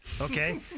okay